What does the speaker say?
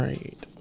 Right